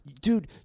Dude